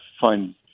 find